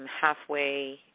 halfway